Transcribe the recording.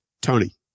Tony